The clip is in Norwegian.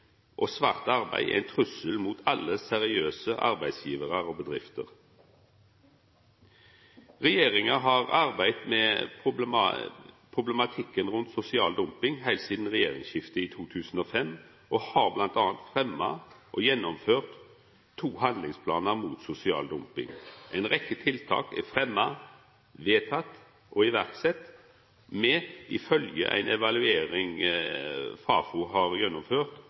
og svart arbeid er ein trussel mot alle seriøse arbeidsgivarar og bedrifter. Regjeringa har arbeidd med problematikken rundt sosial dumping heilt sidan regjeringsskiftet i 2005 og har m.a. fremja og gjennomført to handlingsplanar mot sosial dumping. Ei rekkje tiltak er fremja, vedtekne og sette i verk. Ifølgje ei evaluering Fafo har gjennomført,